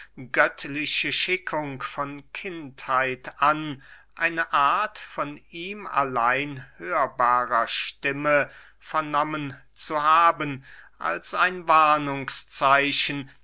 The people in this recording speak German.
göttliche schickung von kindheit an eine art von ihm allein hörbarer stimme vernommen zu haben als ein